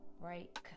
right